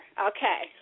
Okay